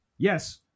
Yes